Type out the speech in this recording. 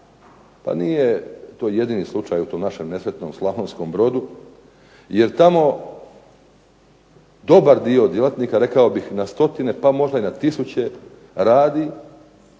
Pa nije to jedini slučaj u tom našem nesretnom Slavonskom brodu jer tamo dobar dio djelatnika, rekao bih na stotine pa možda i na tisuće radi,